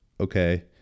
okay